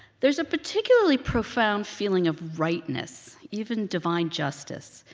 there's a particularly profound feeling of rightness, even divine justice,